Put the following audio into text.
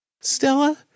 Stella